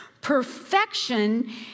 perfection